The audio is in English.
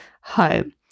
home